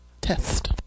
test